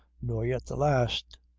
nor yet the last.